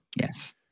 Yes